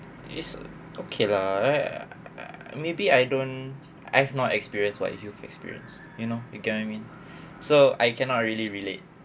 is okay lah right maybe I don't I've not experience what you've experience you know you get what I mean so I cannot really relate